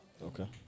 Okay